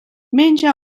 menja